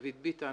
דוד ביטן,